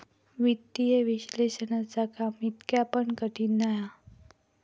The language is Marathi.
वित्तीय विश्लेषणाचा काम इतका पण कठीण नाय हा